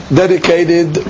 dedicated